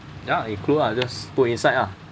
ya include lah just put inside ah